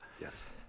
Yes